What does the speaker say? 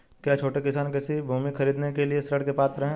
क्या छोटे किसान कृषि भूमि खरीदने के लिए ऋण के पात्र हैं?